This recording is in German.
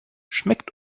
schmeckt